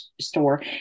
store